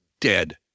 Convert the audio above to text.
dead